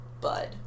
bud